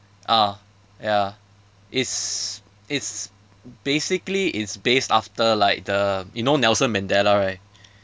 ah ya it's it's basically it's based after like the you know nelson mandela right